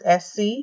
SC